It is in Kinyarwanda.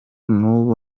n’ubu